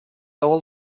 all